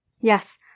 yes